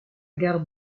gare